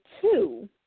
two